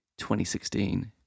2016